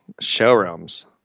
Showrooms